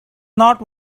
not